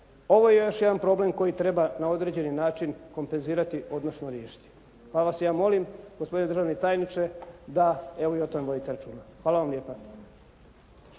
Ovo je još jedan problem koji treba na određeni način kompenzirati, odnosno riješiti. Pa vas ja molim, gospodine državni tajniče da evo i o tome vodite računa. Hvala vam lijepa.